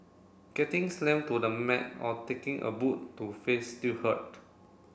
getting slammed to the mat or taking a boot to face still hurt